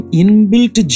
inbuilt